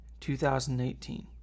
2018